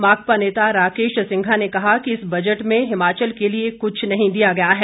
माकपा नेता राकेश सिंघा ने कहा कि इस बजट में हिमाचल के लिए कुछ नहीं दिया गया है